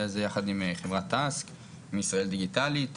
הזה יחד עם חברת --- ישראל דיגיטלית.